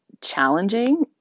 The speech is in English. challenging